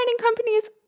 companies